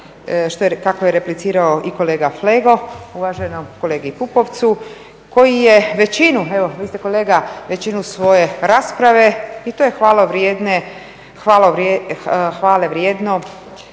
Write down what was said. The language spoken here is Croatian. kako je replicirao i kolega Flego uvaženom kolegi Pupovcu koji je većinu, evo vi ste kolega većinu svoje rasprave i to je hvalevrijedno